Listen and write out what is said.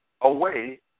away